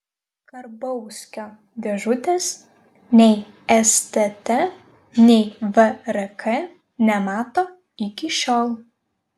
karbauskio dėžutės nei stt nei vrk nemato iki šiol